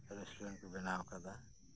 restaurant ᱠᱚ ᱵᱮᱱᱟᱣ ᱠᱟᱫᱟ